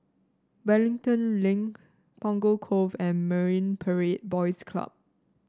Wellington Link Punggol Cove and Marine Parade Boys Club